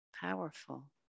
powerful